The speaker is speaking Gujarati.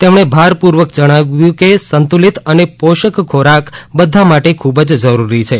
તેમણે ભારપૂર્વક જણાવ્યું કે સંતુલિત અને પોષક ખોરાક બધા માટે ખૂબ જ જરૂરી છે